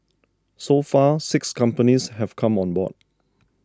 so far six companies have come on board